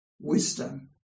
wisdom